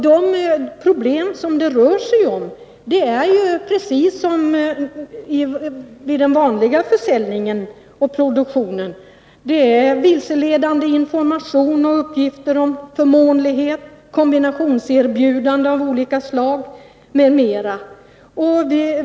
De problem det gäller är precis desamma som vid vanlig försäljning och produktion. Det är exempelvis vilseledande information och uppgifter om förmånlighet, kombinationserbjudanden av olika slag m.m. som ges.